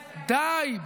די,